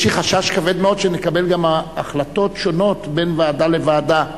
יש לי חשש כבד מאוד שנקבל גם החלטות שונות בין ועדה לוועדה.